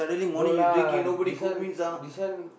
no lah this one this one